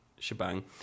shebang